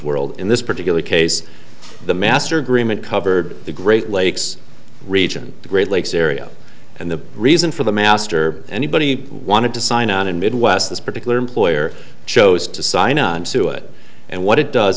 world in this particular case the master agreement covered the great lakes region the great lakes area and the reason for the master anybody wanted to sign on and midwest this particular employer chose to sign onto it and what it does